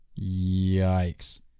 Yikes